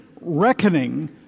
reckoning